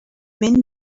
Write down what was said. been